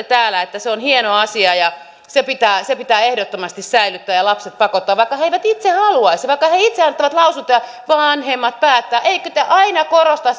täällä että se on hieno asia ja se pitää se pitää ehdottomasti säilyttää ja lapset pakottaa vaikka he eivät itse haluaisi vaikka he itse antavat lausuntoja että vanhemmat päättävät ettekö te aina korosta